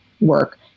work